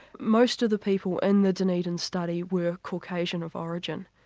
most of the people in the dunedin study were caucasian of origin,